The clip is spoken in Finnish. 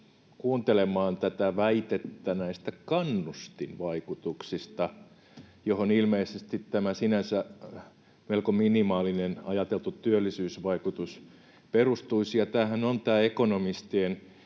kuuntelemaan tätä väitettä näistä kannustinvaikutuksista, johon ilmeisesti tämä ajateltu, sinänsä melko minimaalinen työllisyysvaikutus perustuisi. Tämähän on tämä ekonomistien